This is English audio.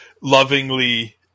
lovingly